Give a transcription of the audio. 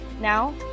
Now